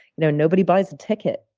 you know nobody buys a ticket.